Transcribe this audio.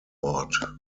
ort